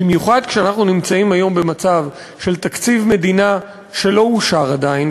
במיוחד כשאנחנו נמצאים היום במצב שתקציב המדינה לא אושר עדיין,